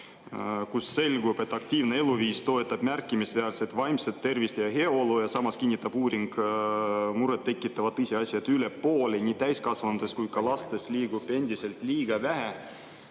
kust selgub, et aktiivne eluviis toetab märkimisväärselt vaimset tervist ja heaolu, ja samas kinnitab uuring muret tekitavat tõsiasja, et üle poole nii täiskasvanutest kui ka lastest liigub endiselt liiga vähe,